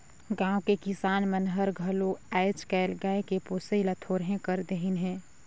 गाँव के किसान मन हर घलो आयज कायल गाय के पोसई ल थोरहें कर देहिनहे